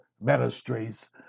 ministries